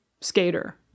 skater